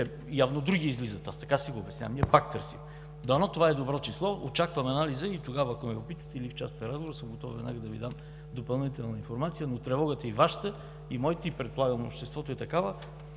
явно други излизат. Аз така си го обяснявам и ние пак търсим. Дано това е добро число. Очаквам анализа и тогава, ако ме попитате, или в частен разговор, съм готов веднага да Ви дам допълнителна информация. Тревогата – и Вашата, и моята, а предполагам и на обществото, е такава,